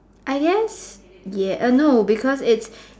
I guess yeah err no because it's